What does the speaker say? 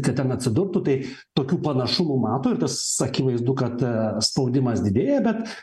kad ten atsidurtų tai tokių panašumų mato ir tas akivaizdu kad spaudimas didėja bet